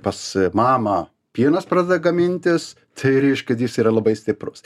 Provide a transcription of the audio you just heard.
pas mamą pienas pradeda gamintis tai reišk kad jis yra labai stiprus